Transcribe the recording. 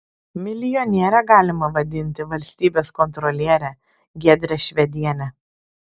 milijoniere galima vadinti valstybės kontrolierę giedrę švedienę